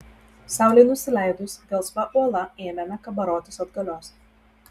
saulei nusileidus gelsva uola ėmėme kabarotis atgalios